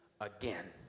again